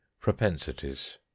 propensities